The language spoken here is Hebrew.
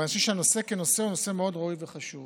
אבל אני חושב שהנושא כנושא הוא מאוד ראוי וחשוב.